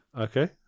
Okay